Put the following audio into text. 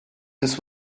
this